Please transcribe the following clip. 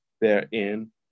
therein